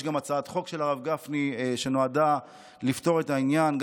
יש גם הצעת חוק של הרב גפני שנועדה לפתור את העניין,